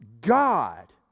god